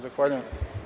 Zahvaljujem.